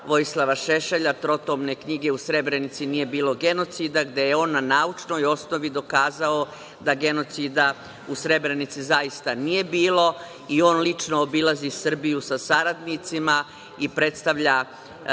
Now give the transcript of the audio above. Vojislava Šešelja, trotomne knjige „U Srebrenici nije bilo genocida“, a gde je on na naučnoj osnovi dokazao da genocida u Srebrenici zaista nije bilo. I on lično obilazi Srbiju sa saradnicima i predstavlja